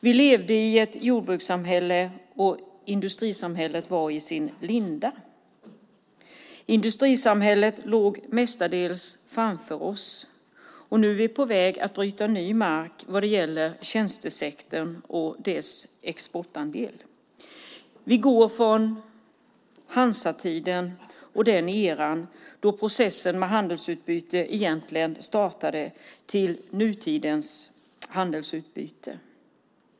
Vi levde i ett jordbrukssamhälle, och industrisamhället var i sin linda och låg mestadels framför oss. Nu är vi på väg att bryta ny mark vad gäller tjänstesektorn och dess exportandel. Vi går från hansetiden och den era då processen med handelsutbyte startade till nutidens handelsutbyte.